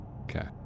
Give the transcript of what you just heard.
Okay